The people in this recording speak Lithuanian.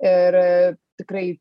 ir tikrai